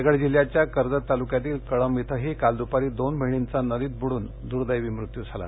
रायगड जिल्ह्याच्या कर्जत तालुक्यातील कळंब इथंही काल दुपारी दोन बहिणींचा नदीत बुडून दुदैवी मृत्यू झाला